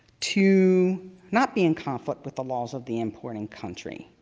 to not be in conflict with the laws of the importing country,